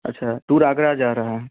अच्छा टूर आगरा जा रहा है